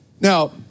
Now